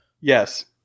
Yes